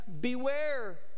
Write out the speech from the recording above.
beware